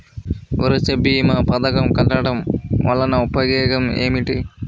సురక్ష భీమా పథకం కట్టడం వలన ఉపయోగం ఏమిటి?